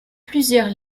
plusieurs